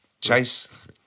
Chase